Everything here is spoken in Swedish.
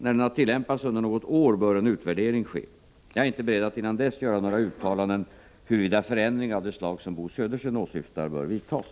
När den har tillämpats under något år bör en utvärdering ske. Jag är inte beredd att innan dess göra några uttalanden huruvida förändringar av det slag som Bo Södersten åsyftar bör vidtas.